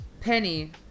Penny